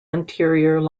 anterior